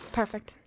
perfect